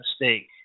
mistake